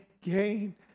gain